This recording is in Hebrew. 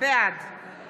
בעד